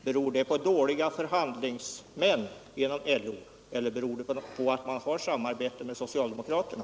Beror det på dåliga förhandlare inom LO, eller beror det på att man har samarbete med socialdemokraterna?